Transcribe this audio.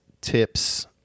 tips